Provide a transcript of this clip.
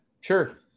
Sure